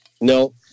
No